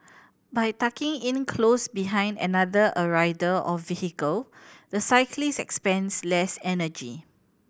by tucking in close behind another a rider or vehicle the cyclist expends less energy